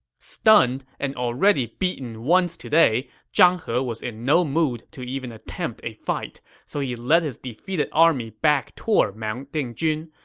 stunned and already beaten once today, zhang he was in no mood to even attempt a fight, so he led his defeated army back toward mount dingjun,